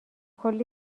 کلی